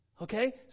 Okay